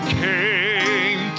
came